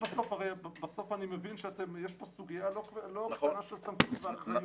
אני מבין שיש פה סוגיה לא קטנה של סמכות ואחריות.